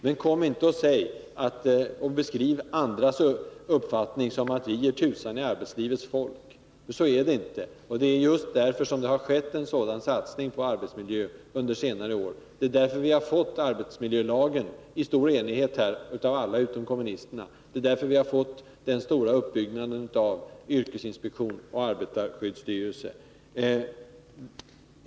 Men kom inte och beskriv vår uppfattning som att vi ger tusan i arbetslivets folk, för så är det inte. Det har skett en stor satsning på arbetsmiljön under senare år. Vi har fått arbetsmiljölagen i stor enighet — alla utom kommunisterna — och det har skett en stor utbyggnad av yrkesinspektionen och arbetarskyddsstyrelsen.